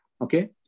okay